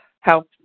help